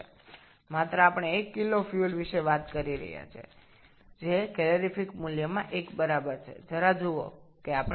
কেবলমাত্র আমরা ১ কেজি জ্বালানির কথা বলছি যা ১ গুণিতক ক্যালোরিফিক মানের সাথে সমান হয়